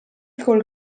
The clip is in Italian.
col